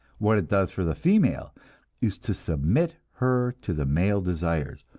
what it does for the female is to submit her to the male desires,